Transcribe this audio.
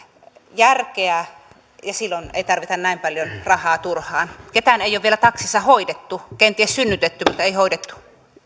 järkeä silloin ei tarvita näin paljon rahaa turhaan ketään ei ole vielä taksissa hoidettu kenties synnytetty mutta ei hoidettu